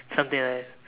something like that